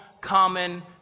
common